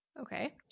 Okay